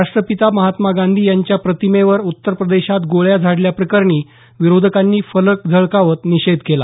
राष्ट्रपिता महात्मा गांधी यांच्या प्रतिमेवर उत्तरप्रदेशात गोळ्या झाडल्याप्रकरणी विरोधकांनी फलक झळकावत निषेध केला